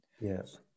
Yes